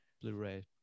Blu-ray